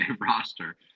roster